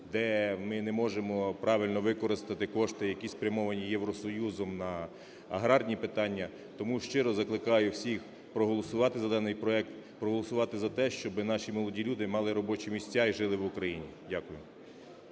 де ми не можемо правильно використати кошти, які спрямовані Євросоюзом на аграрні питання. Тому щиро закликаю всіх проголосувати за даний проект, проголосувати за те, щоби наші молоді люди мали робочі місця і жили в Україні. Дякую.